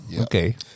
Okay